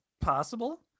possible